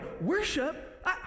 worship